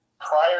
prior